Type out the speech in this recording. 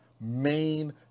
main